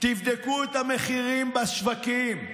תבדקו את המחירים בשווקים.